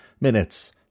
minutes